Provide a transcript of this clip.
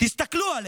תסתכלו עליהם,